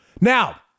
now